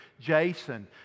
Jason